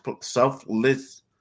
selfless